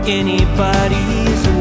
anybody's